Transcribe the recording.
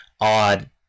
odd